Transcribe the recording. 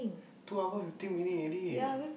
two hour fifteen minute already